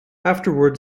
afterward